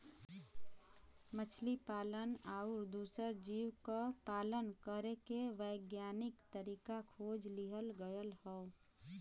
मछली पालन आउर दूसर जीव क पालन करे के वैज्ञानिक तरीका खोज लिहल गयल हौ